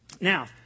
Now